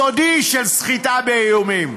סודי, של סחיטה באיומים.